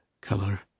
color